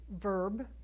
verb